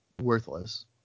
worthless